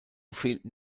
fehlten